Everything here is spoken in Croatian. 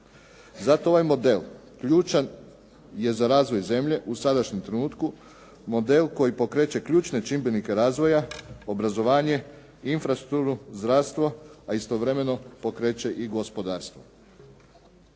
Zato ovaj model ključan je za razvoj zemlje u sadašnjem trenutku, model koji pokreče ključne čimbenike razvoja, obrazovanje, infrastrukturu, zdravstvo, a istovremeno pokreće i gospodarstvo.